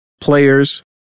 players